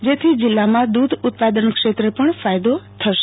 જેથી જિલ્લામાં દુધ ઉત્પાદન ક્ષેત્રે પણ ફાયદો થશે